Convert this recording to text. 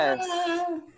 Yes